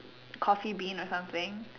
coffee bean or something